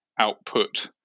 output